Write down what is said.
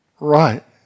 Right